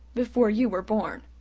before you were born.